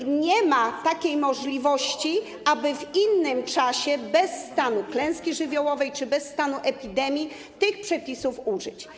I nie ma takiej możliwości, aby w innym czasie, bez stanu klęski żywiołowej czy bez stanu epidemii, tych przepisów użyć.